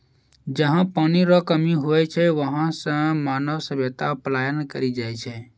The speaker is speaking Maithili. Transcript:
जहा पनी रो कमी हुवै छै वहां से मानव सभ्यता पलायन करी जाय छै